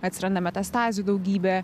atsiranda metastazių daugybė